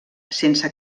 sense